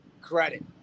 credit